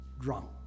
drunk